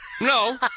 No